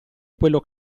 quello